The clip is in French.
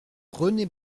rené